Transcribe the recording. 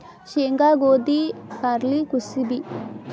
ಸೇಂಗಾ, ಗೋದಿ, ಬಾರ್ಲಿ ಕುಸಿಬಿ